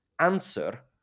answer